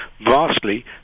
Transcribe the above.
vastly